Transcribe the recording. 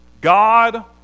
God